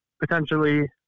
potentially